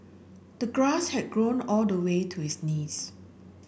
the grass had grown all the way to his knees